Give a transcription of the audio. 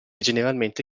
generalmente